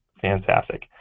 Fantastic